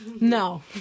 No